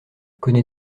connais